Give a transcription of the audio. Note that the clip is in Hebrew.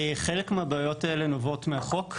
חלק מהבעיות האלה נובעות מהחוק,